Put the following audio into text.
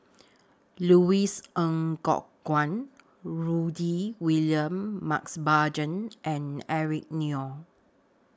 Louis Ng Kok Kwang Rudy William Mosbergen and Eric Neo